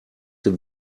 dem